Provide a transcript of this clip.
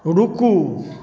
रुकू